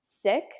sick